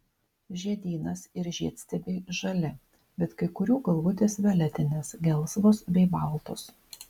žiedynas ir žiedstiebiai žali bet kai kurių galvutės violetinės gelsvos bei baltos